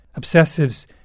Obsessives